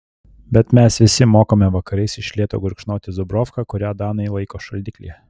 bet mes visi mokame vakarais iš lėto gurkšnoti zubrovką kurią danai laiko šaldiklyje